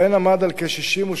שבהן עמד על כ-62.5%.